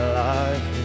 life